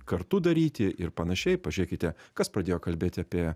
kartu daryti ir panašiai pažiūrėkite kas pradėjo kalbėti apie